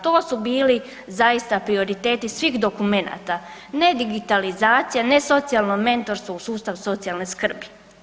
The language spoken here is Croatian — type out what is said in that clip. To su bili zaista prioriteti svih dokumenta, ne digitalizacija, ne socijalno mentorstvo u sustavu socijalne skrbi.